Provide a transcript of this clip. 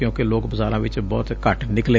ਕਿਊ'ਕਿ ਲੋਕ ਬਾਜ਼ਾਰਾਂ ਵਿਚ ਬਹੁਤ ਘੱਟ ਨਿਕਲੇ